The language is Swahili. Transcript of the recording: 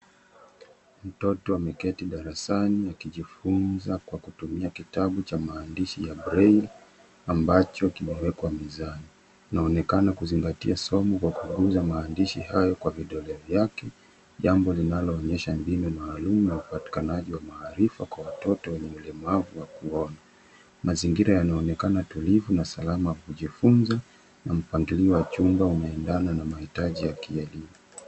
Mtoto ameketi darasani akijifunza kwa kutumia kitabu cha maandishi ya braille ambacho kimewekwa mezani. Anaonekana kuzingatia somo kwa kuguza maandishi hayo kwa vidole vyake jambo linaloonyesha mbinu maalum na upatikanaji wa maarifa kwa watoto wenye ulemavu wa kuona. Mazingira yanaonekana tulivu na salama kujifunza na mpangilio wa chumba umeendana na mahitaji ya kielimu.